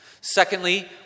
Secondly